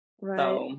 Right